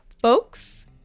folks